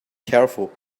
careful